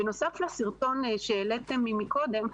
בנוסף לסרטון שהעליתם קודם,